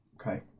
Okay